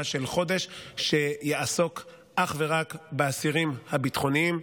של חודש שיעסוק אך ורק באסירים הביטחוניים,